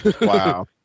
Wow